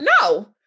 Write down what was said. no